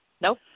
Nope